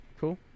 Cool